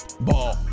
ball